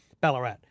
Ballarat